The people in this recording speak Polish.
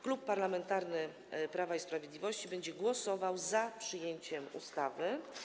Klub Parlamentarny Prawo i Sprawiedliwość będzie głosował za przyjęciem ustawy.